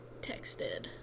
texted